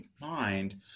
mind